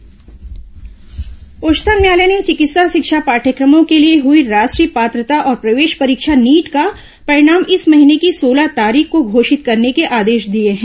उच्चतम न्यायालय नीट परीक्षा उच्चतम न्यायालय ने चिकित्सा शिक्षा पाठ्यक्रमों के लिए हुई राष्ट्रीय प्रात्रता और प्रवेश परीक्षा नीट का परिणाम इस महीने की सोलह तारीख को घोषित करने के आदेश दिये हैं